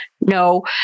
no